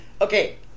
Okay